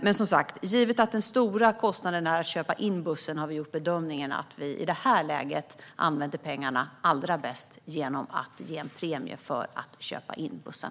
Men, som sagt, givet att den stora kostnaden är att köpa in bussarna har vi gjort bedömningen att vi i detta läge använder pengarna allra bäst genom att ge en premie vid inköp av dessa bussar.